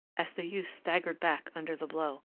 as the youth staggered back under the blow.